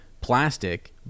plastic